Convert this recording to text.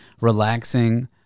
relaxing